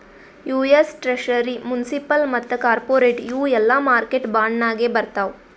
US treasury, municipal ಮತ್ತ corporate ಇವು ಎಲ್ಲಾ ಮಾರ್ಕೆಟ್ ಬಾಂಡ್ ನಾಗೆ ಬರ್ತಾವ್